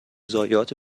ضایعات